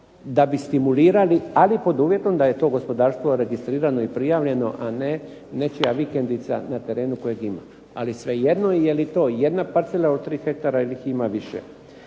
da bi stimulirali, ali pod uvjetom da je to gospodarstvo registrirano i prijavljeno, a nečija vikendica na terenu koju ima. Ali svejedno jeli to jedna parcela od 3 hektara ili ih ima više.